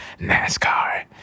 NASCAR